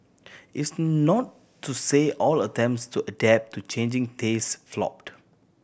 it's not to say all attempts to adapt to changing taste flopped